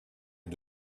est